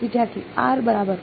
વિદ્યાર્થી r બરાબર